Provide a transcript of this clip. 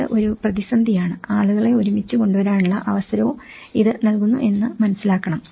ഇത് ഒരു പ്രതിസന്ധിയാണ് ആളുകളെ ഒരുമിച്ച് കൊണ്ടുവരാനുള്ള അവസരവും ഇത് നൽകുന്നു എന്ന് മനസിലാക്കണം